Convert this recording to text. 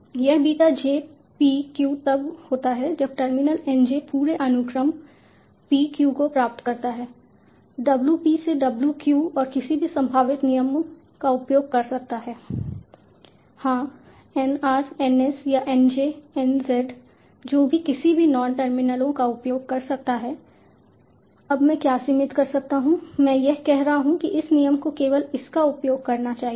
तो यह beta j p q तब होता है जब टर्मिनल N j पूरे अनुक्रम p q को प्राप्त करता है W p से W q और किसी भी संभावित नियमों का उपयोग कर सकता है हाँ N r N S या N j N z जो भी किसी भी नॉन टर्मिनलों का उपयोग कर सकता है अब मैं क्या सीमित कर रहा हूँ मैं यह कह रहा हूं कि इस नियम को केवल इसका उपयोग करना चाहिए